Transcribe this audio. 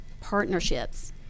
partnerships